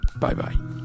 Bye-bye